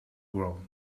grown